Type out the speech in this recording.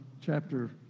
chapter